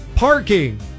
Parking